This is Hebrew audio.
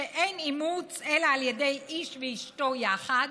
שאין אימוץ אלא על ידי איש ואשתו יחד.